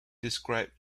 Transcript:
described